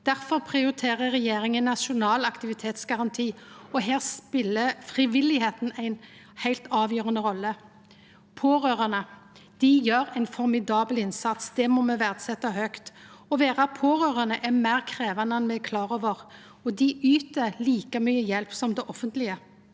Difor prioriterer regjeringa ein nasjonal aktivitetsgaranti, og her speler frivilligheita ei heilt avgjerande rolle. Dei pårørande gjer ein formidabel innsats. Det må me verdsetja høgt. Å vera pårørande er meir krevjande enn me er klar over, og dei yter like mykje hjelp som det offentlege.